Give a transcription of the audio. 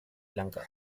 lanka